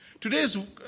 Today's